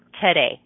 today